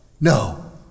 No